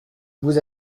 vous